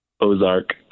Ozark